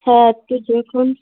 হ্যাঁ একটু দেখুন